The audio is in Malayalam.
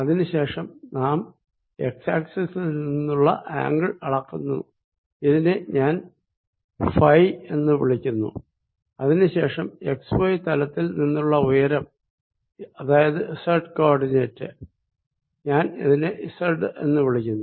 അതിനു ശേഷം നാം എക്സ് ആക്സിസിൽ നിന്നുള്ള ആംഗിൾ അളക്കുന്നു അതിനെ ഞാൻ ഫൈ എന്ന് വിളിക്കുന്നു അതിനു ശേഷം എക്സ് വൈ തലത്തിൽ നിന്നുള്ള ഉയരം അതായത് സെഡ് കോ ഓർഡിനേറ്റ് ഞാൻ ഇതിനെ സെഡ് എന്ന് വിളിക്കുന്നു